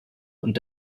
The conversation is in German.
und